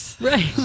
Right